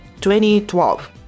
2012